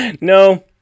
No